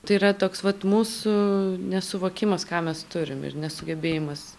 tai yra toks vat mūsų nesuvokimas ką mes turim ir nesugebėjimas